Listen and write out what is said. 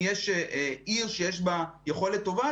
אם יש עיר שיש בה יכולת טובה,